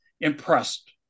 impressed